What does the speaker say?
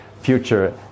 future